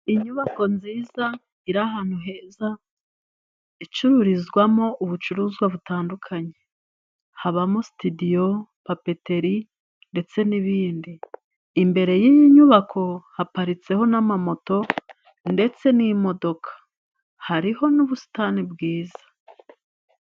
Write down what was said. Inyubako nziza iri ahantu heza icururizwamo ubucuruzwa butandukanye, habamo sitidiyo, papeteri ndetse n'ibindi imbere yiyi nyubako haparitseho n'amamoto ndetse n'imodoka hariho n'ubusitani bwiza.